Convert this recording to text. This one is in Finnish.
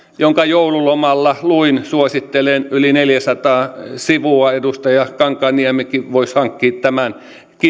jonka joululomalla luin suosittelen yli neljäsataa sivua edustaja kankaanniemikin voisi hankkia tämän